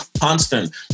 constant